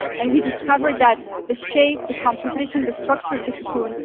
and we discovered that the shape, the composition, the structure of the cocoon,